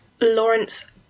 Lawrence